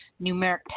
numeric